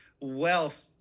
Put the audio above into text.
wealth